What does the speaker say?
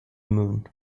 moon